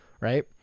right